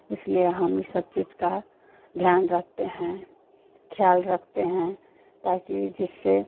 इसलिए हम इन सब चीज़ों का ध्यान रखते हैं ख़्याल रखते हैं ताकि जिससे